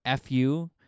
fu